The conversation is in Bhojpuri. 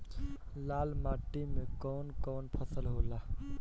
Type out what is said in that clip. लाल माटी मे कवन कवन फसल होला?